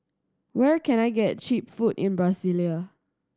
where can I get cheap food in Brasilia